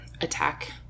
attack